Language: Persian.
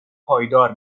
پایدار